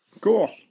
cool